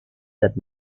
that